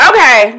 Okay